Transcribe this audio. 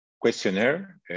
questionnaire